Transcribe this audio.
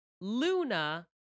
Luna